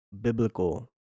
biblical